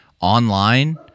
online